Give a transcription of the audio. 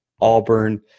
Auburn